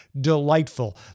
delightful